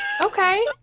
okay